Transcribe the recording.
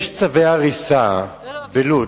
יש צווי הריסה בלוד,